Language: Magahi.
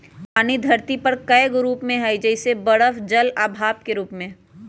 पानी धरती पर कए गो रूप में हई जइसे बरफ जल आ भाप के रूप में